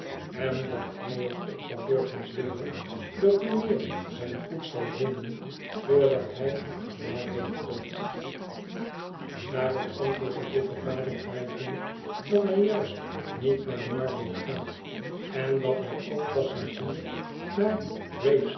en dat hij er op zou durven zweren dat mijnheer zijn goed zal vinden voordat hij te margate komt schetsen van boz daarop antwoordt de dikke vader vrij vinnig dat hij juist niet naar margate gaat en dat hij ook passagier naar